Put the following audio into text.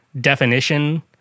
definition